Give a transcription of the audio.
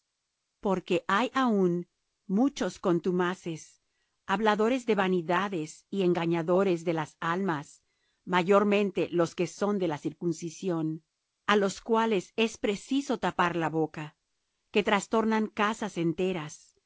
porque hay aún muchos contumaces habladores de vanidades y engañadores de las almas mayormente los que son de la circuncisión a los cuales es preciso tapar la boca que trastornan casas enteras